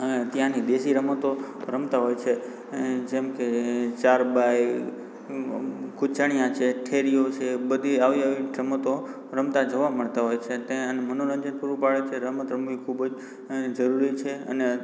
અં ત્યાંની દેશી રમતો રમતાં હોય છે જેમકે ચાર બાય ગુચાણિયા છે ઠેરિયો છે બધી આવી આવી રમતો રમતાં જોવા મળતાં હોય છે તે અને મનોરંજન પૂરું પાડે છે રમત રમવી અં ખૂબ જ જરૂરી છે